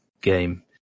game